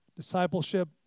Discipleship